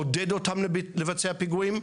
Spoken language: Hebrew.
עודדו אותם לבצע פיגועים,